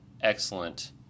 excellent